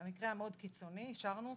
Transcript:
המקרה היה מאוד קיצוני, אישרנו אותו.